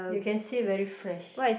you can see very fresh